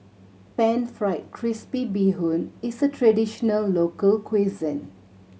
Pan Fried Crispy Bee Hoon is a traditional local cuisine